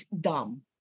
dumb